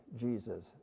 Jesus